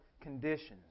conditions